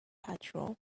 patrol